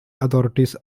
authorities